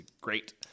great